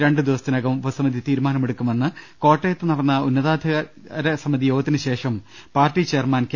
രണ്ടുദിവസത്തിനകം ഉപസമിതി തീരുമാനമെടുക്കുമെന്ന് കോട്ടയത്ത് നടന്ന ഉന്നതാധികാര സമിതി യോഗത്തിന് ശേഷം പാർട്ടി ചെയർമാൻ കെ